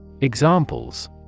Examples